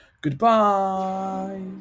goodbye